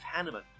Hanneman